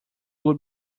would